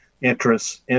interests